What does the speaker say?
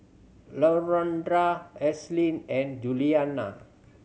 Londra Ashlyn and Juliann